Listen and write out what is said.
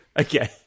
Okay